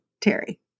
Terry